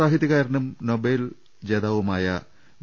സാഹിത്യകാരനും Nobel ജേതാവുമായ V